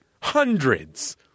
Hundreds